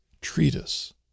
treatise